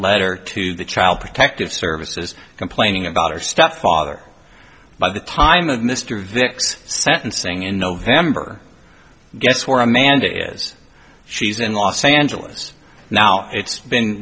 letter to the child protective services complaining about her stepfather by the time of mr vick's sentencing in november guess where amanda is she's in los angeles now it's been